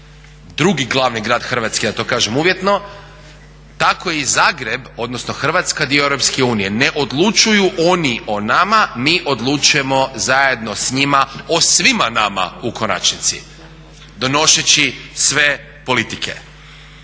drugi glavni grad Hrvatske, ja to kažem uvjetno, tako je i Zagreb odnosno Hrvatska dio EU. Ne odlučuju oni o nama, mi odlučujemo zajedno s njima o svima nama u konačnici donoseći sve politike.